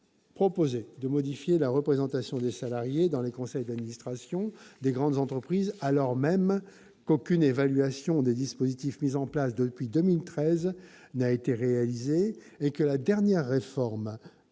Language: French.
prévoyait de modifier la représentation des salariés dans les conseils d'administration des grandes entreprises, alors même qu'aucune évaluation des dispositifs mis en place depuis 2013 n'a été réalisée et que la dernière réforme